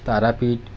Tarapith